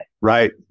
Right